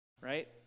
right